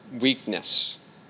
weakness